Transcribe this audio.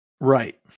Right